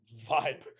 vibe